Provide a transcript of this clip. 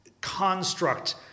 construct